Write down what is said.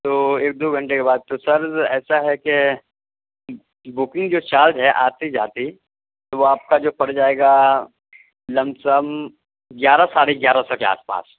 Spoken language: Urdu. تو ایک دو گھنٹے کے بعد تو سر ایسا ہے کہ بکنگ جو چارج ہے آتے جاتے وہ آپ کا جو پڑ جائے گا لم سم گیارہ ساڑھے گیارہ سو کے آس پاس